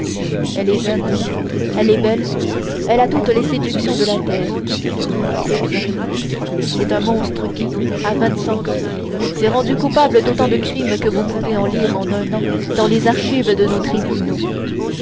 elle est jeune elle est belle elle a toutes les séductions de la terre eh bien c'est un monstre qui à vingt-cinq ans s'est rendu coupable d'autant de crimes que vous pouvez en lire en un an dans les archives de nos tribunaux